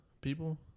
people